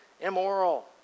immoral